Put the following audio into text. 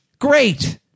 great